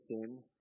sin